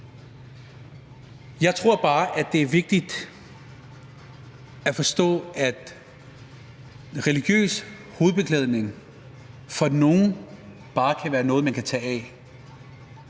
Jeg tror bare, at det er vigtigt at forstå, at religiøs hovedbeklædning for nogle bare kan være noget, man kan tage af,